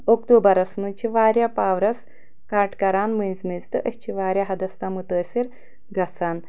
اکتوٗبرس منٛز چھِ واریاہ پاورس کٹ کران مٔنٛزۍ مٔنٛزۍ تہٕ أسۍ چھِ واریاہ حدس تام مُتٲثر گژھان